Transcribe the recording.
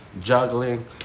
juggling